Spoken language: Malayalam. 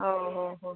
ഓ ഓ ഓ